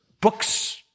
books